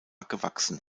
gewachsen